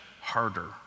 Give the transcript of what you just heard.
harder